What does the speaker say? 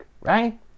right